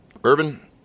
Bourbon